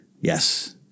yes